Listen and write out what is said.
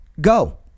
Go